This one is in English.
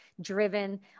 driven